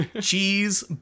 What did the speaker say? Cheese